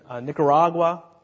Nicaragua